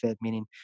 meaning